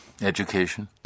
Education